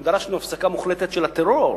אנחנו דרשנו הפסקה מוחלטת של הטרור.